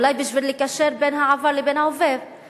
אולי בשביל לקשר בין העבר לבין ההווה.